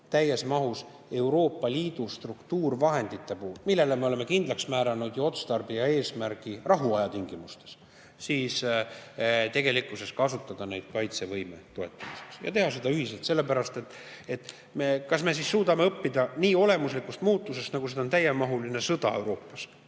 täies mahus Euroopa Liidu struktuurvahendite puhul, millele me oleme kindlaks määranud otstarbe ja eesmärgi rahuaja tingimustes, et tegelikkuses kasutada neid kaitsevõime toetamiseks ja teha seda ühiselt. Kas me siis suudame õppida nii olemuslikust muutusest, nagu seda on täiemahuline sõda Euroopas?